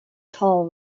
tall